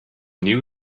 knew